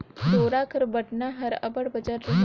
डोरा कर बटना हर अब्बड़ बंजर रहेल